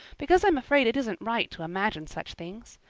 because i'm afraid it isn't right to imagine such things.